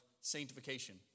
sanctification